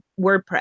WordPress